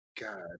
God